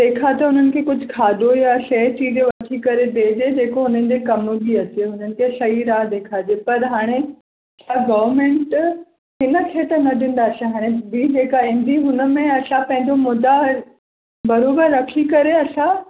तंहिं खां त उन्हनि खे कुझु खाधो या शइ चीजें वठी करे ॾिजे जेको उन्हनि जे कमु बि अचे उन्हनि खे सही राह ॾेखारिजे पर हाणे गवमेंट हिनखे त न ॾींदासीं जेका बि ईंदी हुन में असां पंहिंजा मुदा बराबरि रखी करे असां